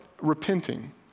repenting